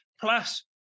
plus